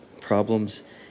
problems